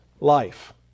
life